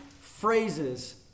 phrases